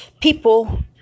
People